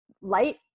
light